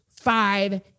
five